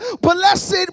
Blessed